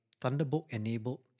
Thunderbolt-enabled